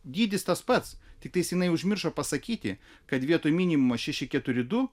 dydis tas pats tiktais jinai užmiršo pasakyti kad vietoj minimumo šeši keturi du